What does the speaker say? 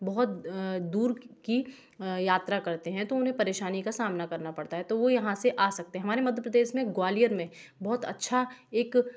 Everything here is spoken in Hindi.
बहुत दूर की यात्रा करते हैं तो उन्हें परेशानी का सामना करना पड़ता है तो वो यहाँ से आ सकते हैं हमारे मध्य प्रदेश में ग्वालियर में बहुत अच्छा एक